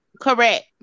Correct